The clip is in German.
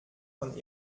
von